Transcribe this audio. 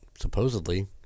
supposedly